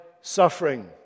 suffering